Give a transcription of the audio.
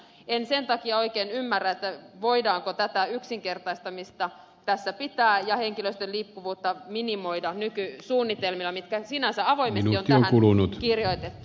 en sen takia oikein ymmärrä voidaanko tätä yksinkertaistamista tässä pitää ja henkilöstön liikkuvuutta minimoida nykysuunnitelmilla mitkä sinänsä avoimesti on tähän kirjoitettu